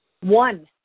One